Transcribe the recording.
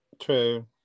True